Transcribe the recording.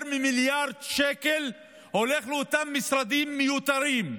יותר ממיליארד שקל הולכים לאותם משרדים מיותרים.